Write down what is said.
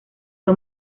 fue